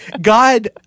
God